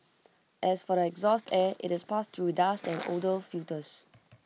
as for the exhaust air IT is passed through dust and odour filters